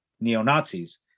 Neo-Nazis